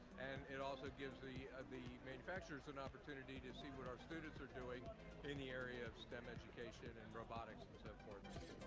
and it also gives the the manufacturers an opportunity to see what our students are doing in the area of stem education and robotics but so